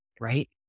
right